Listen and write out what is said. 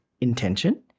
intention